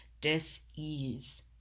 dis-ease